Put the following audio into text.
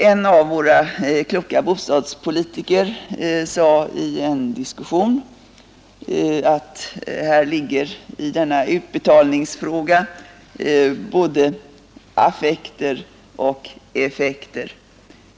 En av våra kloka bostadspolitiker sade i en diskussion att i denna utbetalningsfråga ligger både affekter och effekter.